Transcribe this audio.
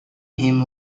him